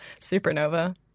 Supernova